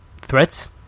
Threats